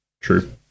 True